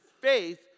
faith